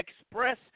express